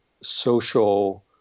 social